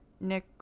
nick